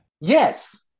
Yes